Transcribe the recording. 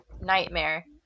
Nightmare